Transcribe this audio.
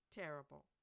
terrible